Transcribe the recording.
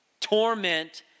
torment